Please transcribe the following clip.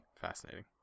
Fascinating